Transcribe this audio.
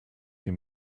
him